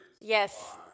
Yes